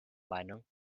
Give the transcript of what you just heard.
meinung